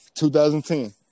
2010